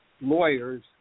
lawyers